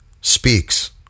speaks